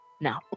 No